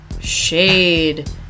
Shade